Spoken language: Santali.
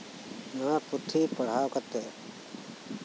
ᱱᱚᱶᱟ ᱯᱩᱛᱷᱤ ᱯᱟᱲᱦᱟᱣ ᱠᱟᱛᱮᱫ